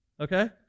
okay